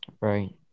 Right